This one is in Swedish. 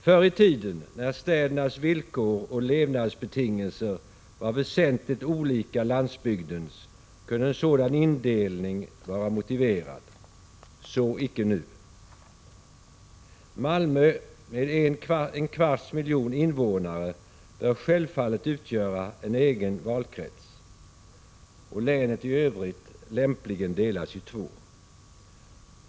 Förr i tiden, när städernas villkor och levnadsbetingelser var väsentligt olika landsbygdens, kunde en sådan indelning vara motiverad. Så icke nu. Malmö, med en kvarts miljon invånare, bör självfallet utgöra en egen valkrets. Länet i övrigt bör lämpligen delas i två valkretsar.